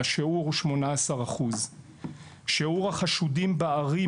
שזה שיעור של 18%; שיעור החשודים בערים